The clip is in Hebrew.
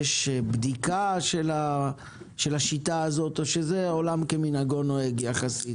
יש בדיקה של השיטה הזאת או שזה עולם כמנהגו נוהג יחסית?